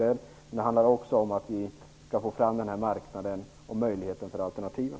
Det handlar också om att vi skapar en marknad för alternativen.